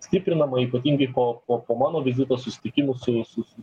stiprinama ypatingai po po mano vizito susitikimų su su su